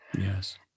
Yes